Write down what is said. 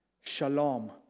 Shalom